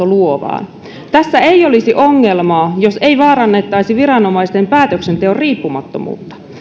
luovaan tässä ei olisi ongelmaa jos ei vaarannettaisi viranomaisten päätöksenteon riippumattomuutta